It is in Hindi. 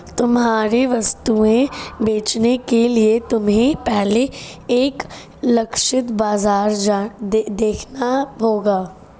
तुम्हारी वस्तुएं बेचने के लिए तुम्हें पहले एक लक्षित बाजार देखना होगा